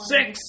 Six